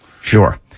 Sure